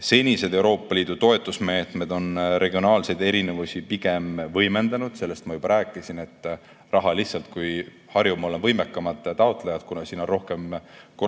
Senised Euroopa Liidu toetusmeetmed on regionaalseid erinevusi pigem võimendanud. Sellest ma juba rääkisin, et lihtsalt, kui Harjumaal on võimekamad taotlejad, kuna siin on